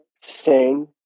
sing